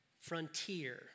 frontier